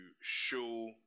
show